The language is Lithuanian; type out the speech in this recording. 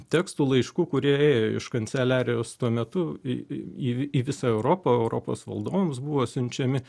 tekstų laiškų kurie ėjo iš kanceliarijos tuo metu į į į į visą europą europos valdovams buvo siunčiami